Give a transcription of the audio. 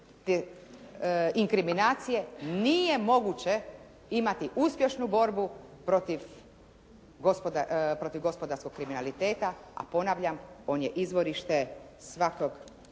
nije moguće imati uspješnu borbu protiv gospodarskog kriminaliteta, a ponavljam on je izvorište svih